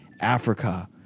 Africa